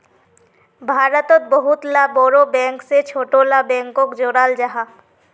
भारतोत बहुत ला बोड़ो बैंक से छोटो ला बैंकोक जोड़ाल जाहा